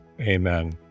Amen